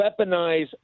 weaponize